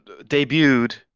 debuted